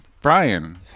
Brian